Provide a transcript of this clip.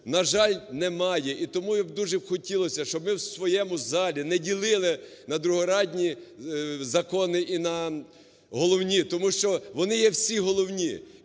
на жаль, нема. І тому дуже хотілося, щоб ми в своєму залі не ділили на другорядні закони і на головні, тому що вони є всі головні.